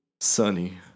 Sunny